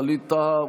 ווליד טאהא,